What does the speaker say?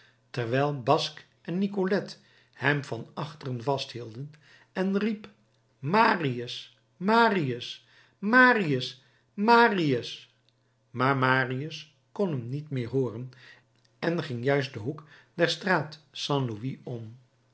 terwijl basque en nicolette hem van achter vasthielden en riep marius marius marius marius maar marius kon hem niet meer hooren en ging juist den hoek der straat st louis om